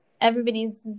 Everybody's